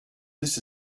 this